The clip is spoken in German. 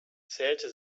zählte